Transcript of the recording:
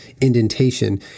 indentation